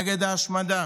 נגד ההשמדה